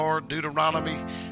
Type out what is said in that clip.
Deuteronomy